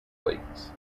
plates